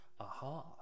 aha